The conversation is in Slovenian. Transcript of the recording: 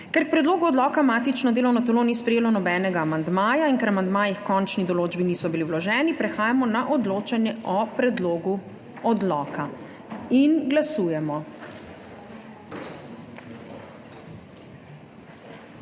Ker k predlogu odloka matično delovno telo ni sprejelo nobenega amandmaja in ker amandmaji h končni določbi niso bili vloženi, prehajamo na odločanje o predlogu odloka. Glasujemo.